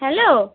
hello